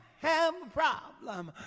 have a problem